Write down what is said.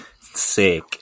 Sick